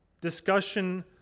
discussion